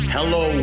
Hello